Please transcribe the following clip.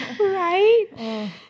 Right